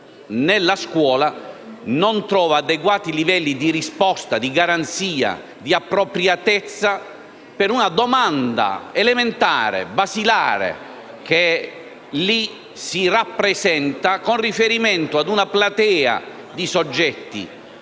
nella scuola non trova adeguati livelli di risposta, di garanzia e di appropriatezza per una domanda elementare e basilare che lì si rappresenta con riferimento ad una platea di soggetti,